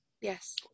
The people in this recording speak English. yes